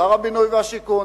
שר הבינוי והשיכון,